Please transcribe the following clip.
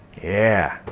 yeah,